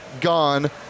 gone